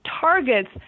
targets